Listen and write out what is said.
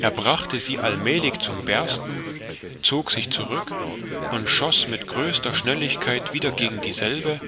er brachte sie allmälig zum bersten zog sich zurück und schoß mit größter schnelligkeit wieder gegen dieselbe